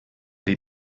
die